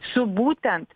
su būtent